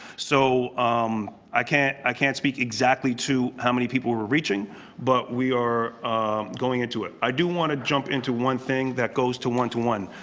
so um i can't i can't speak exactly to how many people were reached but we are going into it. i do want to jump into one thing that goes to one to one.